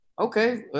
okay